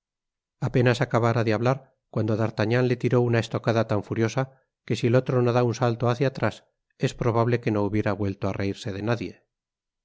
apenas acabára de hablar cuando d'artagnan le tiró una estocada tan furiosa que si el otro no da un salto hácia atrás es probable que no hubiera vuelto á reírse de nadie